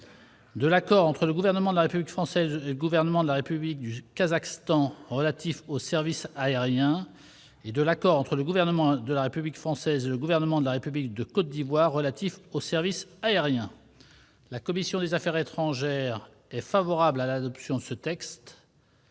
de l'accord entre le Gouvernement de la République française et le Gouvernement de la République du Kazakhstan relatif aux services aériens et de l'accord entre le Gouvernement de la République française et le Gouvernement de la République de Côte d'Ivoire relatif aux services aériens (projet n° 360, texte de la commission n° 586,